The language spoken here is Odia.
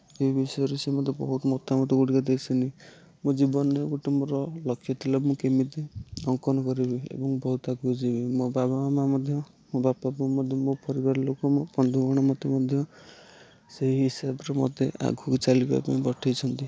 ଏ ବିଷୟରେ ସେ ମୋତେ ବହୁତ ମତାମତ ଦେଇଛନ୍ତି ମୋ ଜୀବନରେ ମୋର ଗୋଟେ ଲକ୍ଷ ଥିଲା ମୁଁ କେମିତି ଅଙ୍କନ କରିବି ଏବଂ ବହୁତ ଆଗକୁ ଯିବି ମୋ ବାବା ମାମା ମଧ୍ୟ ମୋ ବାପା ବୋଉ ମଧ୍ୟ ମୋ ପରିବାର ଲୋକ ମୋ ବନ୍ଧୁଗଣ ମୋତେ ମଧ୍ୟ ସେହି ହିସାବରେ ମୋତେ ଆଗକୁ ଚାଲିବା ପାଇଁ ପଠାଇଛନ୍ତି